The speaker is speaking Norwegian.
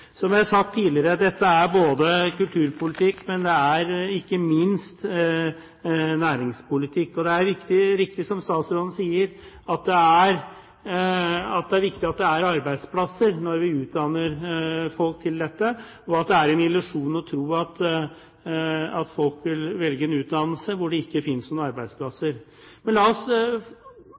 er riktig som statsråden sier, at det er viktig at det er arbeidsplasser når vi utdanner folk til dette, og at det er en illusjon å tro at folk vil velge en utdannelse hvor det ikke finnes noen arbeidsplasser. Men la oss